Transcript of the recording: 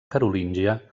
carolíngia